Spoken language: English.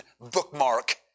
bookmark